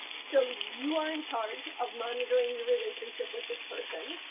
so you are in charge of monitoring your relationship with this person.